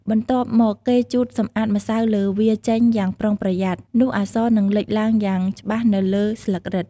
បន្ទាប់មក គេជូតសម្អាតម្សៅលើវាចេញយ៉ាងប្រុងប្រយ័ត្ន នោះអក្សរនឹងលេចឡើងយ៉ាងច្បាស់នៅលើស្លឹករឹត។